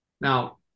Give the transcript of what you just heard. now